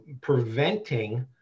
preventing